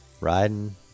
Riding